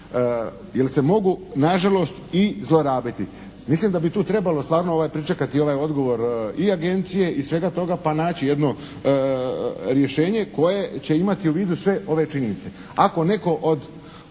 Ili se mogu na žalost i zlorabiti. Mislim da bi tu trebalo stvarno pričekati ovaj odgovor i agencije i svega toga, pa naći jedno rješenje koje će imati u vidu sve ove činjenice. Ako netko od